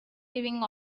giving